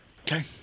Okay